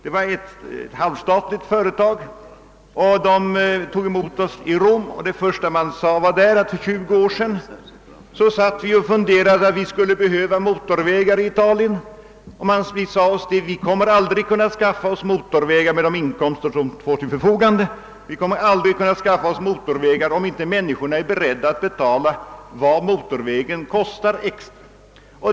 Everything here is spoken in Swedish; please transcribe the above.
Man sade, när man tog emot oss, att för 20 år sedan funderade man över behovet av motorvägar i Italien, men man kom fram till att det aldrig skulle vara möjligt att anlägga dessa motorvägar med de inkomster som stod till förfogande utan att människorna fick vara beredda att betala vad motorvägarna kostade extra.